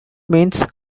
means